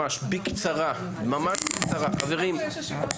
נעים מאוד,